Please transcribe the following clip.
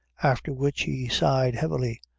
after which he sighed heavily.